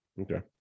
Okay